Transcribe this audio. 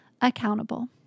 accountable